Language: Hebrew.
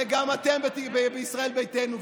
וגם אתם יודעים בישראל ביתנו,